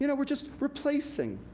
you know we're just replacing,